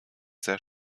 sehr